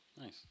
Nice